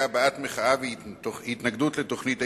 הבעת מחאה תוך התנגדות לתוכנית ההתנתקות.